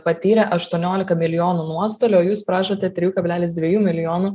patyrė aštuoniolika milijonų nuostolio o jūs prašote trijų kablelis dviejų milijonų